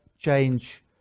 change